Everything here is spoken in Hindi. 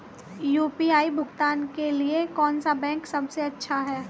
यू.पी.आई भुगतान के लिए कौन सा बैंक सबसे अच्छा है?